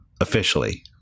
officially